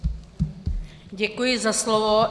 Děkuji za slovo.